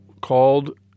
called